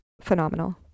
Phenomenal